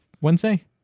Wednesday